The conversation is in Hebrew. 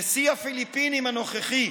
נשיא הפיליפינים הנוכחי,